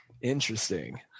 Interesting